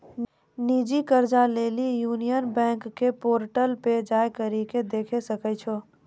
निजी कर्जा लेली यूनियन बैंक के पोर्टल पे जाय करि के देखै सकै छो